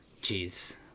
Jeez